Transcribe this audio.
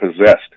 possessed